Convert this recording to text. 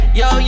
yo